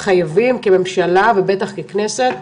חייבים כממשלה ובטח ככנסת,